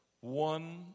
one